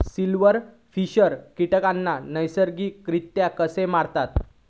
Silverfish कीटकांना नैसर्गिकरित्या कसा मारतत?